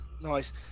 Nice